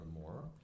more